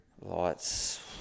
Lights